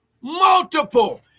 multiple